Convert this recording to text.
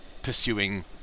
pursuing